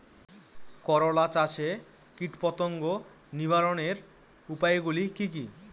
করলা চাষে কীটপতঙ্গ নিবারণের উপায়গুলি কি কী?